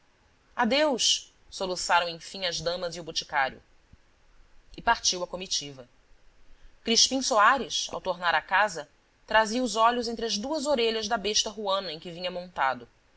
juízo adeus soluçaram enfim as damas e o boticário e partiu a comitiva crispim soares ao tornar a casa trazia os olhos entre as duas orelhas da besta ruana em que vinha montado